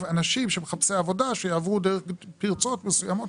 אנשים מחפשי עבודה שיעברו דרך פרצות מסוימות,